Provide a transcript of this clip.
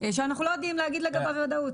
שאנחנו לא יודעים להגיד לגביו בוודאות.